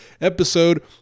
episode